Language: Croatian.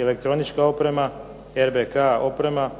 elektronička oprema RBK oprema